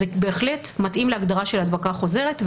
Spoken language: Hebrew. זה בהחלט מתאים להגדרה של הדבקה חוזרת,